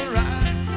right